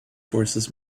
forces